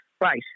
Right